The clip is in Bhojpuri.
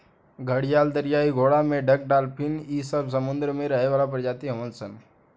घड़ियाल, दरियाई घोड़ा, मेंढक डालफिन इ सब समुंद्र में रहे वाला प्रजाति हवन सन